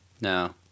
No